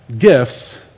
gifts